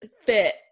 fit